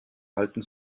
halten